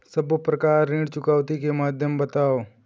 सब्बो प्रकार ऋण चुकौती के माध्यम बताव?